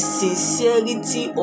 sincerity